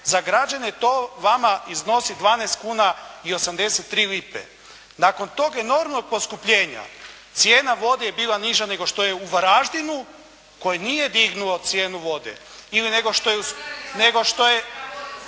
za građane, to vama iznosi 12 kuna i 83 lipe. Nakon tog enormnog poskupljenja, cijena vode je bila niža nego što je u Varaždinu koji nije dignuo cijenu vode, daj budite